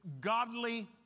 godly